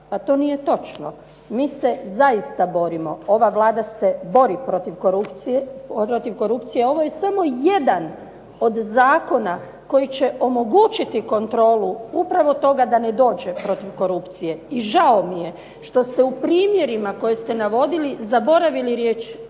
a to nije točno. Mi se zaista borimo, ova Vlada se bori protiv korupcije. Ovo je samo jedan od zakona koji će omogućiti kontrolu upravo toga da ne dođe protiv korupcije. I žao mi je što ste u primjerima koje ste navodili zaboravili riječ